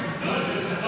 אחת.